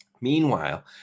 Meanwhile